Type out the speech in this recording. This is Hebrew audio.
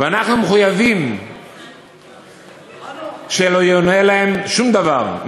ואנחנו מחויבים שלא יאונה להם שום דבר,